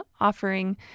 offering